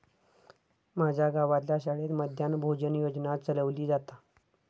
माज्या गावातल्या शाळेत मध्यान्न भोजन योजना चलवली जाता